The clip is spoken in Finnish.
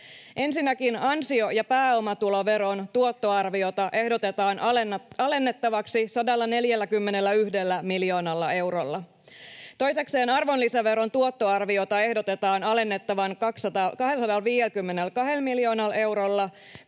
Ensinnäkin ansio- ja pääomatuloveron tuottoarviota ehdotetaan alennettavaksi 141 miljoonalla eurolla. Toisekseen arvonlisäveron tuottoarviota ehdotetaan alennettavan 252 miljoonalla eurolla,